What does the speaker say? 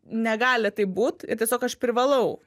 negali taip būt ir tiesiog aš privalau